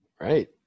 Right